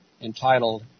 entitled